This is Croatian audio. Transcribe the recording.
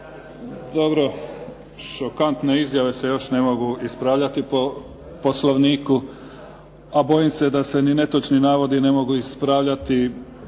Dobro. Šokantne izjave se još ne mogu ispravljati po poslovniku a bojim se da se ni netočni navodi ne mogu ispravljati